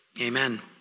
amen